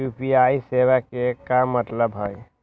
UPI सेवा के का मतलब है?